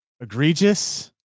egregious